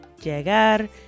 llegar